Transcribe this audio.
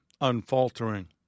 unfaltering